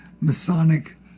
Masonic